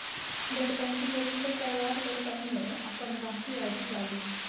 net banking register करबाक लेल पहिने अपन गांहिकी आइ.डी डालु